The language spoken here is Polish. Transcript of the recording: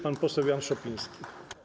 Pan poseł Jan Szopiński.